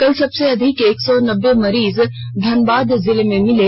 कल सबसे अधिक एक सौ नब्बे मरीज धनबाद जिले में मिले